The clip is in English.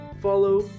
follow